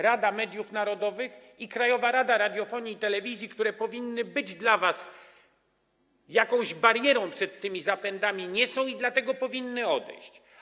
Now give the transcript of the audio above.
Rada Mediów Narodowych i Krajowa Rada Radiofonii i Telewizji powinny być dla was jakąś barierą przed tymi zapędami, ale nie są nią, dlatego powinny odejść.